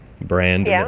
brand